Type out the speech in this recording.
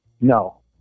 No